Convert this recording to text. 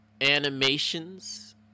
animations